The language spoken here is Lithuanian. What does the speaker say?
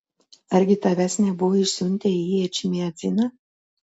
argi tavęs nebuvo išsiuntę į ečmiadziną